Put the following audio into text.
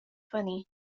funny